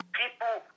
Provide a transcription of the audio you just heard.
people